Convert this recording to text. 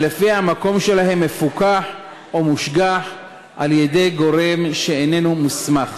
שלפיה המקום שלהם מפוקח או מושגח על-ידי גורם שאיננו מוסמך.